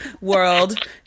world